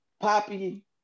Poppy